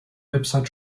website